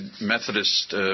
Methodist